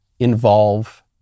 Involve